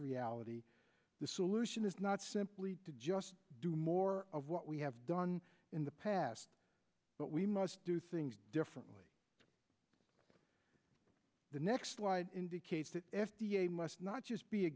reality the solution is not simply to just do more of what we have done in the past but we must do things differently the next slide indicates that f d a must not just be a